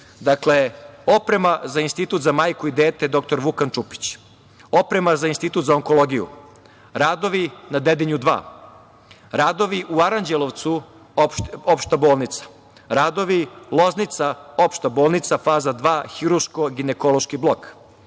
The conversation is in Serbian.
oprema za Institut za majku i dete „dr Vukan Čukić“, oprema za Institut za onkologiju, radovi na Dedinju II, radovi u Aranđelovcu Opšta bolnica, radovi Loznica Opšta bolnica faza II hirurško-ginekološki blok,